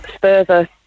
further